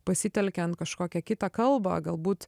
pasitelkiant kažkokią kitą kalbą galbūt